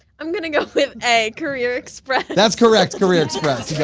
i'm gonna go with a, career express. that's correct, career express you yeah